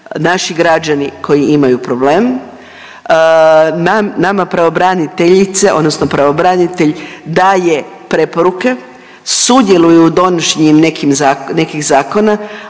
naši građani koji imaju problem nama pravobraniteljice odnosno pravobranitelj daje preporuke, sudjeluje u donošenju nekih zakona